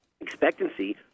expectancy